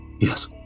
Yes